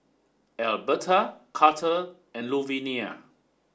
Elberta Karter and Luvinia